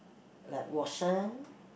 like Watson